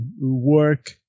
work